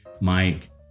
mike